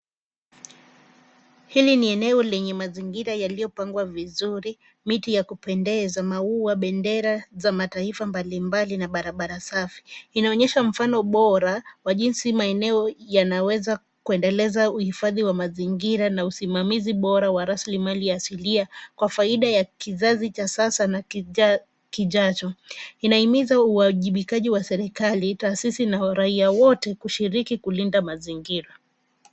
Hili ni eneo lenye mazingira yaliyopangwa vizuri, miti ya kupendeza, maua, bendera za mataifa mbalimbali na barabara safi. Inaonyesha mfano bora wa jinsi maeneo yanaweza kuendeleza uhifadhi wa mazingira na usimamazi bora wa rasilimali asilia kwa faida ya kizazi cha sasa na kijacho. Inahimiza uajibikaji wa serikali, taasisi na wa raiya wote kushiriki na kulinda mazingira.